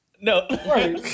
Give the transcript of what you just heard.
No